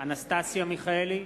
אנסטסיה מיכאלי,